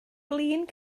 flin